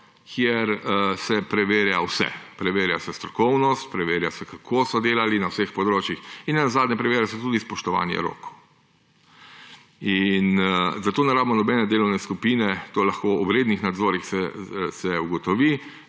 kjer se preverja vse. Preverja se strokovnost, preverja se, kako so delali na vseh področjih, in nenazadnje preverjali so tudi spoštovanje rokov. In zato ne rabimo nobene delovne skupine, to se lahko ob rednih nadzorih ugotovi,